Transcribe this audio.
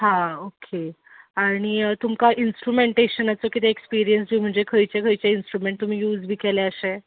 हां ओके आनी तुमकां इंस्ट्रुमँटेशनाचो कितें एक्सपिरीयन्स बी म्हणजें खंयचे खंयचे इंस्ट्रुमॅण्ट तुमी यूज बी केल्या अशें